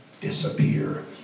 disappear